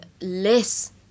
less